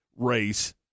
race